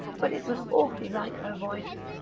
but it was awfully like her voice.